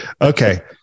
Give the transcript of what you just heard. okay